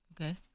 Okay